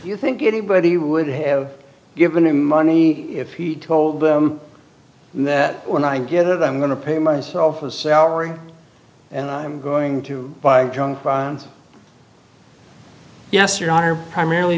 you think anybody would have given him money if he'd told them that when i get it i'm going to pay myself a salary and i'm going to buy junk bonds yes your honor primarily